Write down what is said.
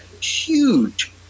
huge